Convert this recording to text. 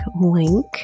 link